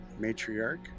matriarch